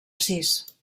sis